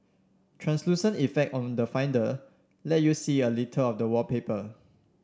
translucent effect on the Finder let you see a little of the wallpaper